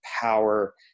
power